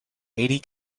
eighty